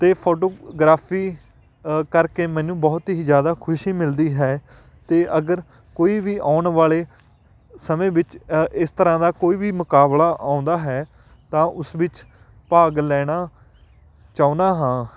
ਅਤੇ ਫ਼ੋਟੋਗ੍ਰਾਫ਼ੀ ਕਰਕੇ ਮੈਨੂੰ ਬਹੁਤ ਹੀ ਜ਼ਿਆਦਾ ਖੁਸ਼ੀ ਮਿਲਦੀ ਹੈ ਅਤੇ ਅਗਰ ਕੋਈ ਵੀ ਆਉਣ ਵਾਲੇ ਸਮੇਂ ਵਿੱਚ ਇਸ ਤਰ੍ਹਾਂ ਦਾ ਕੋਈ ਵੀ ਮੁਕਾਬਲਾ ਆਉਂਦਾ ਹੈ ਤਾਂ ਉਸ ਵਿੱਚ ਭਾਗ ਲੈਣਾ ਚਾਹੁੰਨਾ ਹਾਂ